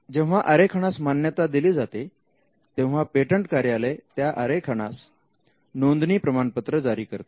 जेव्हा आरेखनास मान्यता दिली जाते तेव्हा पेटंट कार्यालय त्या आरेखनस नोंदणी प्रमाणपत्र जारी करते